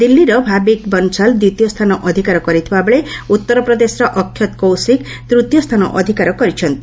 ଦିଲ୍ଲୀର ଭାଭିକ୍ ବନ୍ଶାଲ୍ ଦ୍ୱିତୀୟ ସ୍ଥାନ ଅଧିକାର କରିଥିବାବେଳେ ଉତ୍ତର ପ୍ରଦେଶର ଅକ୍ଷତ କୌଶିକ ତୃତୀୟ ସ୍ଥାନ ଅଧିକାର କରିଛନ୍ତି